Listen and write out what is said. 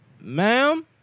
ma'am